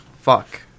Fuck